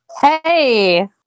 hey